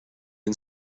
and